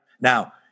Now